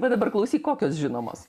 bet dabar klausyk kokios žinomos